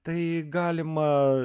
tai galima